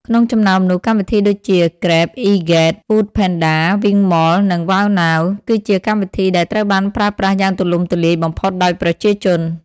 ក្នុងចំណោមនោះ កម្មវិធីដូចជា ហ្គ្រេប អុីហ្គ្រេត ហ្វូដផេនដា វីងម៉ល និងវ៉ាវណាវ គឺជាកម្មវិធីដែលត្រូវបានប្រើប្រាស់យ៉ាងទូលំទូលាយបំផុតដោយប្រជាជន។